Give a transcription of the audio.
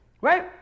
right